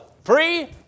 free